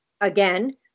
again